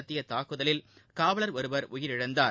நடத்திய தாக்குதலில் காவலர் ஒருவர் உயிரிழந்தார்